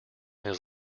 his